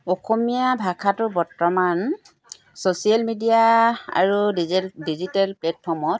অসমীয়া ভাষাটো বৰ্তমান social media আৰু ডিজেল ডিজিটেল প্লেটফৰ্মত